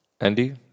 Andy